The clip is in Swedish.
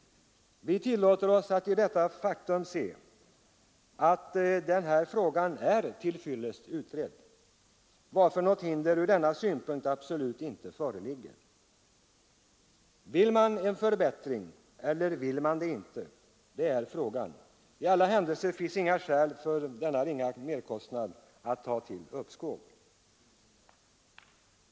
Vi tar detta faktum till intäkt för att den här frågan är tillräckligt utredd, varför något hinder från den synpunkten absolut inte föreligger. Vill man få till stånd en förbättring eller vill man det inte? Det är frågan. I alla händelser är den ringa merkostnaden inget skäl för ett uppskov.